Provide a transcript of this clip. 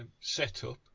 setup